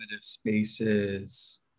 spaces